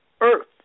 earth